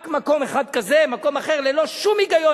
רק מקום אחד כזה, מקום אחר, ללא שום היגיון.